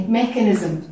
mechanism